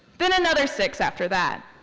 then another six after that.